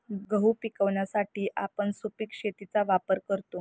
गहू पिकवण्यासाठी आपण सुपीक शेतीचा वापर करतो